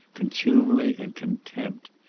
contumely and contempt.